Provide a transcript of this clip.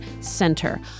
Center